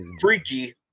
freaky